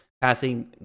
Passing